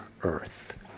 Earth